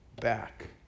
back